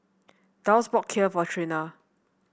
Dulce bought Kheer for Trena